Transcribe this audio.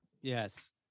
Yes